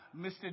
Mr